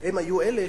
הם היו אלה